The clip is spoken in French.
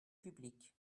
publique